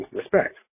respect